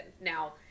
Now